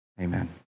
Amen